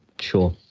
Sure